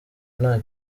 nta